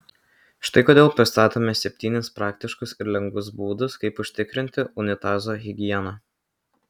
štai kodėl pristatome septynis praktiškus ir lengvus būdus kaip užtikrinti unitazo higieną